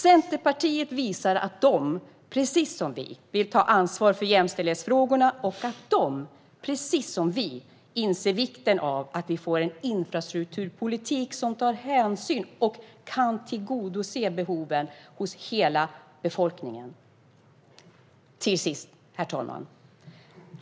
Centerpartisterna visar att de precis som vi vill ta ansvar för jämställdhetsfrågorna och att de precis som vi inser vikten av att vi får en infrastrukturpolitik som tar hänsyn till och kan tillgodose behoven hos hela befolkningen. Herr talman!